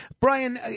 Brian